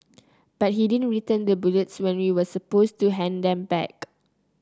but he didn't return the bullets when we were supposed to hand them back